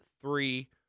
three